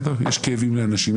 יש כאבים לאנשים,